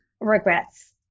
regrets